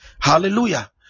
hallelujah